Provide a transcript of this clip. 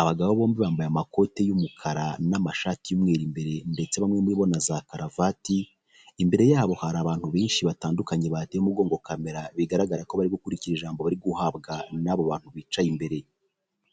abagabo bombi bambaye amakoti y'umukara n'amashati y'umweru imbere ndetse bamwe muri bo na za karuvati. Imbere yabo hari abantu benshi batandukanye bateye umugongo kamera bigaragara ko bari gukurikira ijambo bari guhabwa n'abo bantu bicaye imbere.